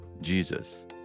Jesus